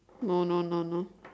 no no no no